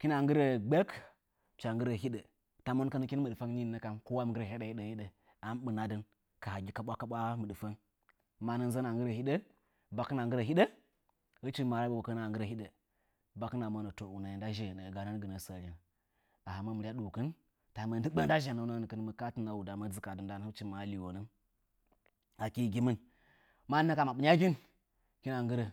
hunə nggɨrə gɓək hɨntsu hɨnə nggɨrə hɨɗə, tə mərkɨn hɨkɨn mɨɗfon nɨnə kən ɓəkɨnə nggɨrə hɨɗə nzənə nggɨrə hɨɗə, hɨɗu tsu hɨchə nggɨrə hɨɗə. ɓəkɨnə monə to unəɨ nɗə zhəənə gənəngɨnə sərɨn, khɨn mɨryə ɗrukɨn sə hɨmə lɨɓətɨnə ɗɨgən hɨchɨ hɨchə nzə lɨwo əkɨ gɨmɨn mənə kəm mə ɓɨnyəkɨn hɨkɨn nggɨrə.